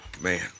man